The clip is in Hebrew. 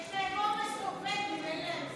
יש, נורבגי ואין להם שרים.